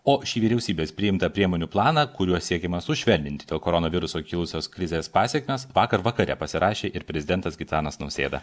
o šį vyriausybės priimtą priemonių planą kuriuo siekiama sušvelninti dėl koronaviruso kilusios krizės pasekmes vakar vakare pasirašė ir prezidentas gitanas nausėda